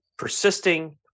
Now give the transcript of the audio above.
Persisting